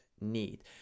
need